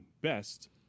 best –